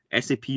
SAP